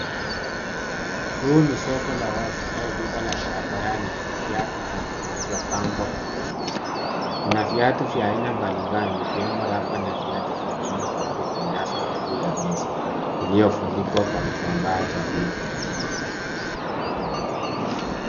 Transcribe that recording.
Huu ni soko la wazi au duka la barabarani lenye viatu vingi vilivyopangwa kuuzwa, kuna viatu vya aina mbalimbali ikiwemo rubber , na viatu vingine vinavyotandazwa juu ya meza, iliofunikwa kwa kitambaa cha blue .